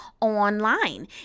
online